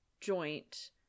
joint